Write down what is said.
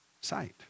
sight